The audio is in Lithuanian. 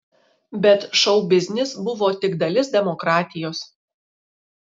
bet šou biznis buvo tik dalis demokratijos